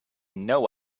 know